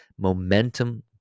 momentum